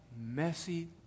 messy